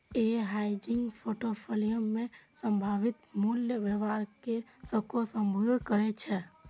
ई hedging portfolio मे संभावित मूल्य व्यवहार कें सेहो संबोधित करै छै